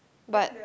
but